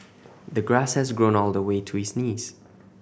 the grass had grown all the way to his knees